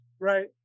Right